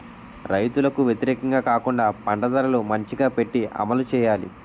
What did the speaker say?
రైతులకు వ్యతిరేకంగా కాకుండా పంట ధరలు మంచిగా పెట్టి అమలు చేయాలి